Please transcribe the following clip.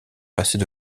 passait